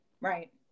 right